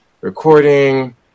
recording